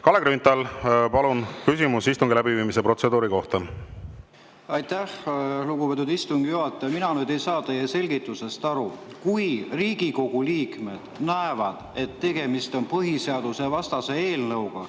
Kalle Grünthal, palun, küsimus istungi läbiviimise protseduuri kohta! Aitäh, lugupeetud istungi juhataja! Mina nüüd ei saa teie selgitusest aru. Kui Riigikogu liikmed näevad, et tegemist on põhiseadusvastase eelnõuga,